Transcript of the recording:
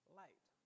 light